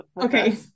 Okay